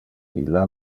illa